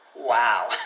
Wow